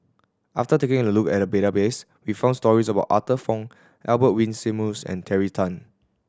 after taking a look at the database we found stories about Arthur Fong Albert Winsemius and Terry Tan